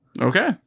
okay